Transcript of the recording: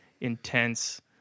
intense